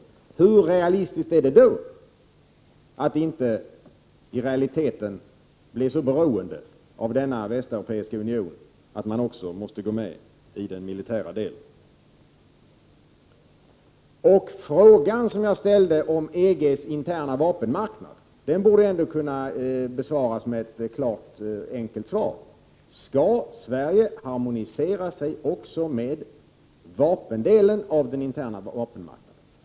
Är det i realiteten möjligt att inte bli så beroende av denna västeuropeiska union att man också måste gå med i den militära delen? På min fråga om EG:s interna vapenmarknad borde kunna ges ett klart och enkelt svar. Skall Sverige harmonisera sig också med den interna vapenmark | naden?